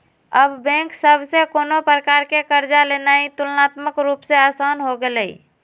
अब बैंक सभ से कोनो प्रकार कें कर्जा लेनाइ तुलनात्मक रूप से असान हो गेलइ